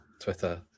Twitter